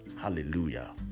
Hallelujah